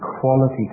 quality